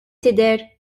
tidher